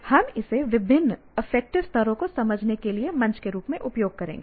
हम इसे विभिन्न अफेक्टिव स्तरों को समझने के लिए मंच के रूप में उपयोग करेंगे